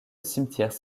cimetière